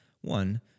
One